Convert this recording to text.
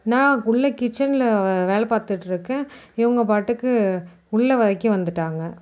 நான் உள்ளே கிச்சனில் வேலை பார்த்துக்குட்ருக்கேன் இவங்க பாட்டுக்கு உள்ளே வரைக்கும் வந்துவிட்டாங்க